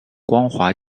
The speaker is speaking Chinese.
光滑